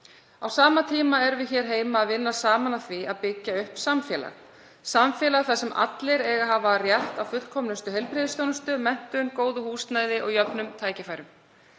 Á sama tíma erum við hér heima að vinna saman að því að byggja upp samfélag þar sem allir eiga að hafa rétt á fullkomnustu heilbrigðisþjónustu, menntun, góðu húsnæði og jöfnum tækifærum.